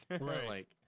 right